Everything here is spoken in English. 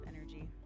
Energy